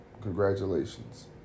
congratulations